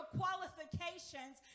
qualifications